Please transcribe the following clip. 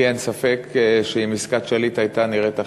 לי אין ספק שאם עסקת שליט הייתה נראית אחרת,